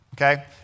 okay